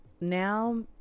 now